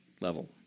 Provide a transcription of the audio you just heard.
level